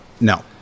no